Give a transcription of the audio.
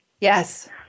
Yes